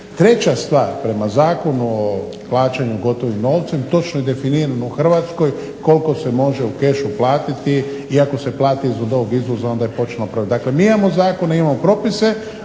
Treća stvar, prema Zakonu o plaćanju gotovim novcem točno je definirano u Hrvatskoj koliko se može u kešu platiti i ako se plati …/Ne razumije se./… onda je …/Ne razumije se./… Dakle mi imamo zakone, imamo propise